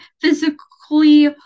physically